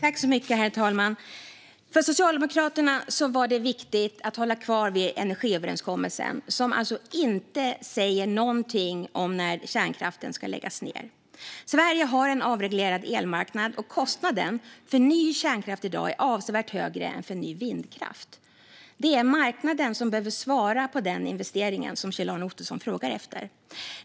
Herr talman! För Socialdemokraterna var det viktigt att hålla kvar i energiöverenskommelsen, som alltså inte säger något om när kärnkraften ska läggas ned. Sverige har en avreglerad elmarknad, och kostnaden för ny kärnkraft är i dag avsevärt högre än för ny vindkraft. Det är marknaden som behöver svara på den investering som Kjell-Arne Ottosson frågar efter.